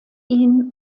ihn